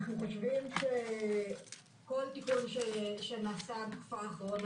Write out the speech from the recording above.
אנחנו חושבים שכל תיקון שנעשה בתקופה האחרונה